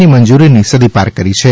ની મંજૂરીની સદી પાર કરી છે